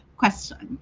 question